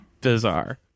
Bizarre